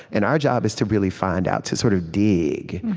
and our job is to really find out, to sort of dig,